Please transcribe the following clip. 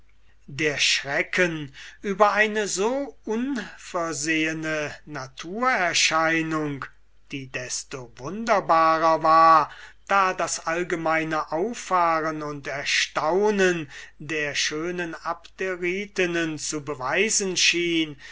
der schrecken über eine so unversehene naturerscheinung die desto wunderbarer war da das allgemeine auffahren und erstaunen der schönen abderitinnen zu beweisen schien